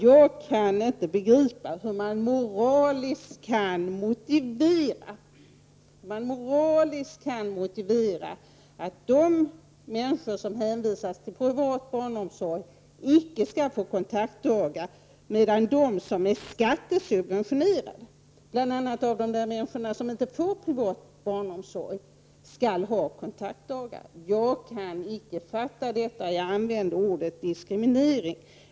Jag kan inte begripa hur man moraliskt kan motivera att de människor som hänvisas till privat barnomsorg icke skall få kontaktdagar, medan de som är skattesubventionerade, bl.a. av de människor som inte får offentlig barnomsorg, skall ha kontaktdagar. Jag kan icke fatta detta, och jag vill i detta sammanhang använda ordet diskriminering.